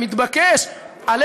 המתבקש כל כך,